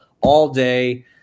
all-day